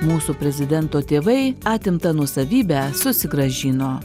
mūsų prezidento tėvai atimtą nuosavybę susigrąžino